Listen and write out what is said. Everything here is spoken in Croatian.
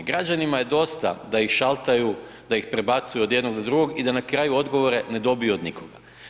Građanima je dosta da ih šaltaju, da ih prebacuju od jednog do drugog i da na kraju odgovore ne dobiju od nikoga.